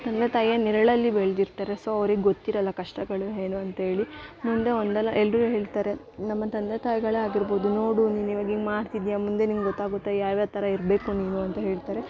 ತಂದೆ ತಾಯಿಯ ನೆರಳಲ್ಲಿ ಬೆಳ್ದಿರ್ತಾರೆ ಸೊ ಅವ್ರಿಗೆ ಗೊತ್ತಿರೋಲ್ಲ ಕಷ್ಟಗಳು ಏನು ಅಂತೇಳಿ ಮುಂದೆ ಒಂದಲ್ಲ ಎಲ್ಲರೂ ಹೇಳ್ತಾರೆ ನಮ್ಮ ತಂದೆ ತಾಯಿಗಳೇ ಆಗಿರ್ಬೋದು ನೋಡು ನೀನು ಇವಾಗ ನೀನು ಮಾಡ್ತಿದ್ದೀಯ ಮುಂದೆ ನಿಂಗೆ ಗೊತ್ತಾಗುತ್ತೆ ಯಾವ್ಯಾವ ಥರ ಇರಬೇಕು ನೀನು ಅಂತ ಹೇಳ್ತಾರೆ